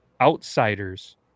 outsiders